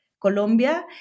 Colombia